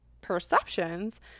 perceptions